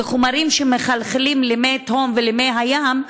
וחומרים שמחלחלים למי תהום ולמי הים,